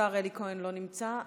השר אלי כהן, לא נמצא.